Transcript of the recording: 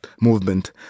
movement